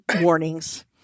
warnings